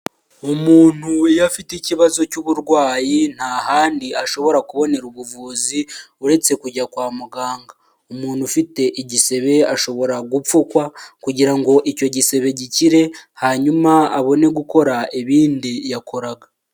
Umuntu iyo afite ikibazo cy'uburwayi nta handi ashobora kubonera ubuvuzi uretse kujya kwa muganga, umuntu ufite igisebe ashobora gupfukwa kugira ngo icyo gisebe gikire hanyuma abone gukora ibindi yakoraga.